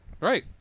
Right